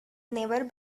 never